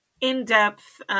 in-depth